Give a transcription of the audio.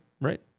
right